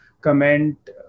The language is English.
comment